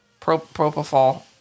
propofol